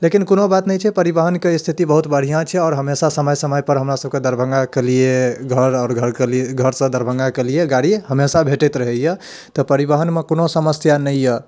लेकिन कोनो बात नहि छै परिवहनके स्थिति बहुत बढ़िआँ छै आओर हमेशा समय समयपर हमरासभके दरभङ्गाकेलिए घर आओर घरकेलिए घरसँ दरभङ्गाकेलिए गाड़ी हमेशा भेटैत रहैए तऽ परिवहनमे कोनो समस्या नहि अइ